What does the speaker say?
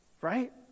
right